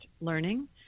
learning